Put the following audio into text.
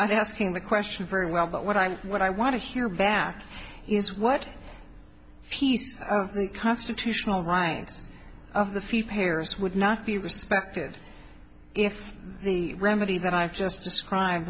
not asking the question very well but what i'm what i want to hear back is what the constitutional rights of the few payers would not be respected if the remedy that i've just described